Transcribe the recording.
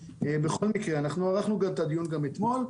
בכל מקרה אנחנו ערכנו כאת את הדיון גם אתמול.